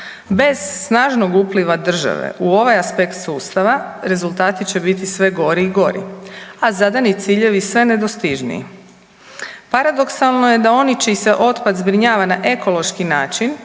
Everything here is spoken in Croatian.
Bez snažnog upliva države u ovaj aspekt sustava rezultati će biti sve gori i gori, a zadani ciljevi sve nedostižniji. Paradoksalno je da oni čiji se otpad zbrinjava na ekološki način